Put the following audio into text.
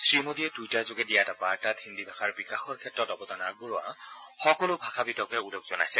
শ্ৰীমোদীয়ে টুইটাৰযোগে দিয়া এটা বাৰ্তাত হিন্দী ভাষাৰ বিকাশৰ ক্ষেত্ৰত অৱদান আগবঢ়োৱা সকলো ভাষাবিদকে ওলগ জনাইছে